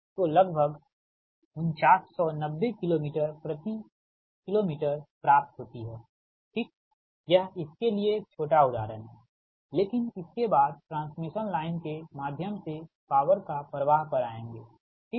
तो लगभग 4990 kilometre प्राप्त होती है ठीक यह इसके लिए एक छोटा उदाहरण है लेकिन इसके बाद ट्रांसमिशन लाइन के माध्यम से पॉवर का प्रवाह पर आएँगे ठीक